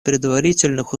предварительных